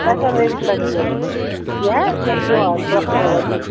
تۄہہِ کَتھ رینجَس تانۍ چھُو ضروٗرت یہِ ہا یہِ چھِ یِوان اَز پرٛٮ۪تھ کُنہِ جایہِ واٹٕس اَیپَس